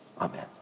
amen